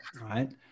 right